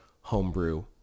homebrew